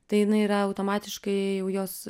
tai jinai yra automatiškai jau jos